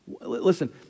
Listen